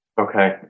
okay